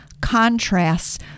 contrasts